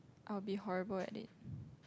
I'll be horrible at it